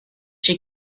she